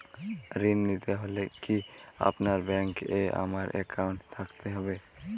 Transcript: ঋণ নিতে হলে কি আপনার ব্যাংক এ আমার অ্যাকাউন্ট থাকতে হবে?